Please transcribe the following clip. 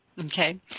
Okay